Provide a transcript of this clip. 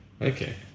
Okay